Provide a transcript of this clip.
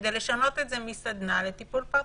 כדי לשנות את זה מסדנה לטיפול פרטני?